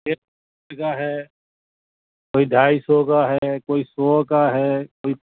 کا ہے کوئی ڈھائی سو کا ہے کوئی سو کا ہے کوئی